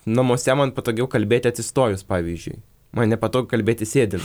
namuose man patogiau kalbėti atsistojus pavyzdžiui man nepatogu kalbėti sėdint